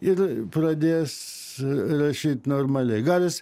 ir pradės rašyt normaliai gal jis